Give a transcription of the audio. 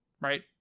Right